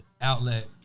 outlet